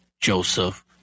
Joseph